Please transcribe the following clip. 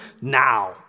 now